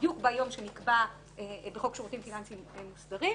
בדיוק ביום שנקבע בחוק שירותים פיננסיים מוסדרים.